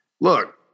look